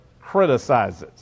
criticizes